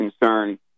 concern